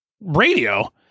radio